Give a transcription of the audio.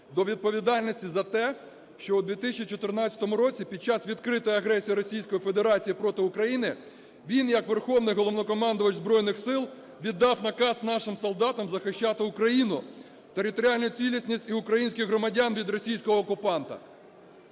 до відповідальності за те, що в 2014 році під час відкритої агресії Російської Федерації проти України він як Верховний Головнокомандувач Збройних Сил віддав наказ нашим солдатам захищати Україну, територіальну цілісність і українських громадян від російського окупанта.